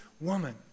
woman